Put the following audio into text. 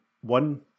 One